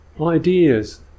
ideas